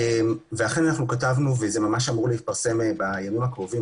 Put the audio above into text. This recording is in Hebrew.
אכן כתבנו וזה אמור להתפרסם בימים הקרובים,